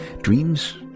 Dreams